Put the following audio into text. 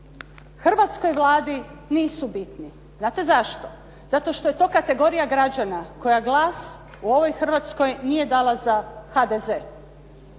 hrvatskog Vladi nisu bitni. Znate zašto? Zato što je to kategorija građana koja glas u ovoj Hrvatskoj nije dala za HDZ.